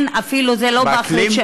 באקלים?